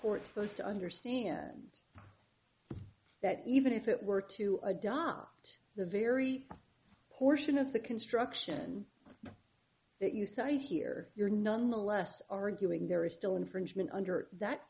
court supposed to understand that even if it were to adopt the very portion of the construction that you cite here you're nonetheless arguing there is still infringement under that